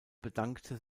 bedankte